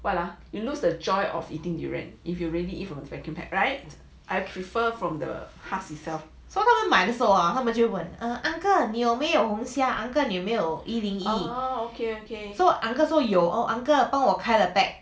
what are you lose the joy of eating durian if you really from vacuum packed right I prefer from the husk itself